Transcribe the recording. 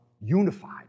unified